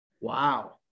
Wow